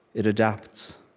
it adapts,